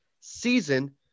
season